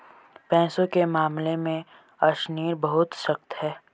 पैसे के मामले में अशनीर बहुत सख्त है